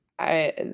I